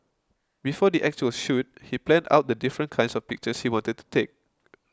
before the actual shoot he planned out the different kinds of pictures he wanted to take